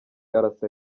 arasa